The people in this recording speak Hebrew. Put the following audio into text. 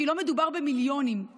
כי לא מדובר במיליונים.